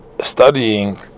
studying